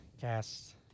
cast